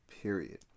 period